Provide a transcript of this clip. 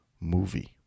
movie